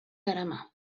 darama